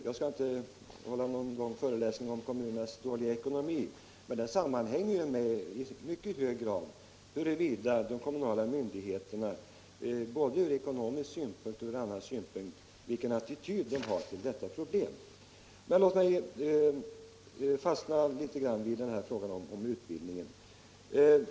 Jag skall inte hålla någon lång föreläsning om kommunernas dåliga ekonomi, men den sammanhänger i mycket hög grad med den attityd som de kommunala myndigheterna ur både ekonomisk och annan synpunkt har till detta problem. Låt mig stanna litet vid frågan om utbildningen.